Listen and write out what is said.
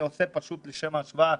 לשם ההשוואה: